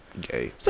Gay